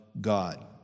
God